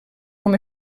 com